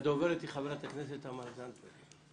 הדוברת היא חברת הכנסת תמר זנדברג.